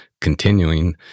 continuing